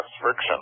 friction